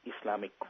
Islamic